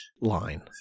line